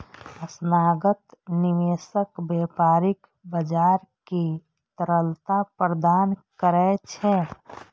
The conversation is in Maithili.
संस्थागत निवेशक व्यापारिक बाजार कें तरलता प्रदान करै छै